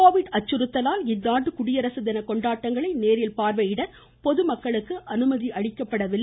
Covid அச்சுறுத்தலால் இந்தாண்டு குடியரசு தின கொண்டாடங்களை நேரில் பார்வையிட பொதுமக்களுக்கு அனுமதி அளிக்கப்படவில்லை